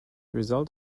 result